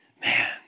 Man